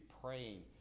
praying